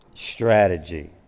strategy